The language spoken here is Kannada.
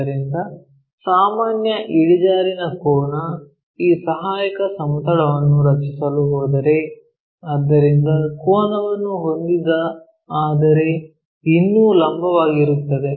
ಆದ್ದರಿಂದ ಸಾಮಾನ್ಯ ಇಳಿಜಾರಿನ ಕೋನ ಈ ಸಹಾಯಕ ಸಮತಲವನ್ನು ರಚಿಸಲು ಹೋದರೆ ಆದ್ದರಿಂದ ಕೋನವನ್ನು ಹೊಂದಿದ ಆದರೆ ಇನ್ನೂ ಲಂಬವಾಗಿರುತ್ತದೆ